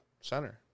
center